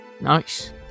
Nice